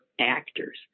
actors